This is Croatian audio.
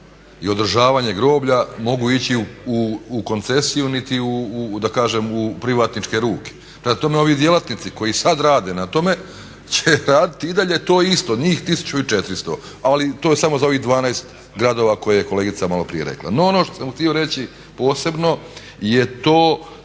i održavanje groblja mogu ići u koncesiju niti u privatničke ruke. Prema tome, ovi djelatnici koji sad rade na tome će raditi i dalje to isto, njih 1400, ali to je samo za ovih 12 gradova koje je kolegica maloprije rekla. No ono što sam htio reći posebno je to